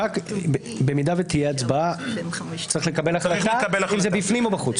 רק אם תהיה הצבעה צריך לקבל החלטה אם זה בפנים או בחוץ.